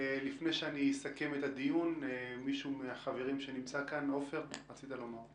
לפני שאסכם את הדיון, עפר, רצית לומר משהו.